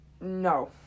No